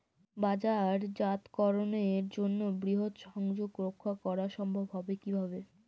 বাজারজাতকরণের জন্য বৃহৎ সংযোগ রক্ষা করা সম্ভব হবে কিভাবে?